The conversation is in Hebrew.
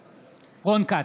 בעד רון כץ,